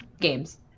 games